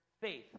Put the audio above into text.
faith